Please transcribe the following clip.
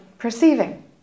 Perceiving